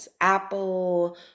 Apple